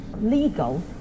legal